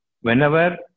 Whenever